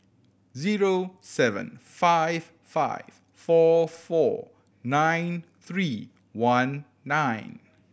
zero seven five five four four nine three one nine